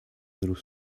little